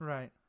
Right